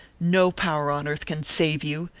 no power on earth can save you,